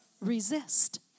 Resist